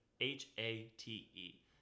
H-A-T-E